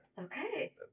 okay